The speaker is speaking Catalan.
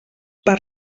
per